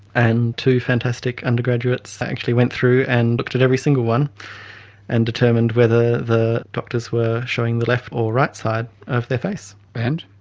and two fantastic undergraduates actually went through and looked at every single one and determined whether the the doctors were showing the left or right side of their face. and?